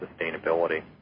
sustainability